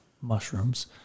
mushrooms